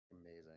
Amazing